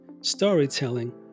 storytelling